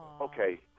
Okay